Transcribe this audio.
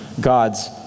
God's